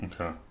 Okay